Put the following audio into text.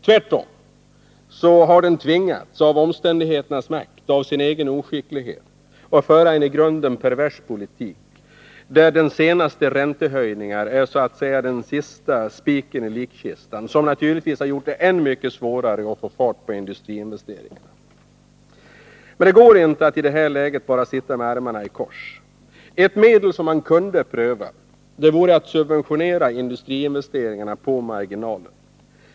Tvärtom har den av omständigheternas makt och av sin egen oskicklighet tvingats att föra en i grunden pervers politik, där den senaste räntehöjningen är så att säga den sista spiken i likkistan och har gjort det än svårare att få fart på industriinvesteringarna. I det här läget går det inte bara att sitta med armarna i kors. Ett medel som man kunde pröva vore att subventionera industriinvesteringarna på marginalen.